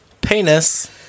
penis